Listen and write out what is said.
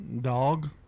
Dog